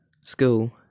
school